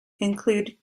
include